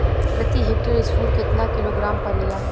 प्रति हेक्टेयर स्फूर केतना किलोग्राम परेला?